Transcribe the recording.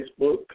Facebook